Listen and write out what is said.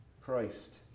Christ